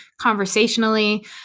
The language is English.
conversationally